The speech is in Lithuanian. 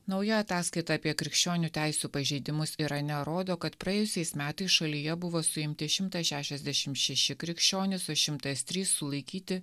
nauja ataskaita apie krikščionių teisių pažeidimus irane rodo kad praėjusiais metais šalyje buvo suimti šimtas šešiasdešim šeši krikščionys o šimtas trys sulaikyti